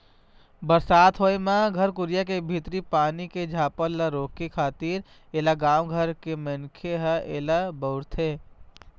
बरसात होय म घर कुरिया के भीतरी पानी के झिपार ल रोके खातिर ऐला गाँव घर के मनखे ह ऐला बउरथे